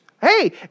Hey